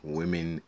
women